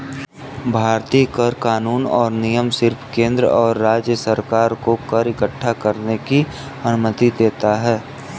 भारतीय कर कानून और नियम सिर्फ केंद्र और राज्य सरकार को कर इक्कठा करने की अनुमति देता है